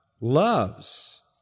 loves